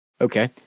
Okay